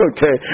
Okay